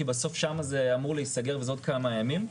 כי בסוף שם זה אמור להיסגר וזה עוד כמה ימים.